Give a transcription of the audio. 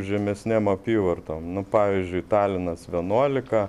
žemesnėm apyvartom nu pavyzdžiui talinas vienuolika